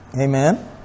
Amen